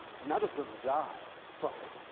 none of them die from it.